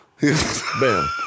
Bam